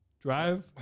Drive